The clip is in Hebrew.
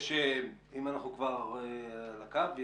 אם אנחנו כבר על הקו,